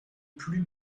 plus